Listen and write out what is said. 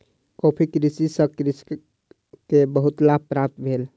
coffee कृषि सॅ कृषक के बहुत लाभ प्राप्त भेल